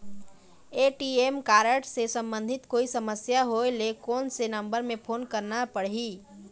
ATM card से संबंधित कोई समस्या होय ले, कोन से नंबर से फोन करना पढ़ही?